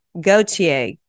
Gautier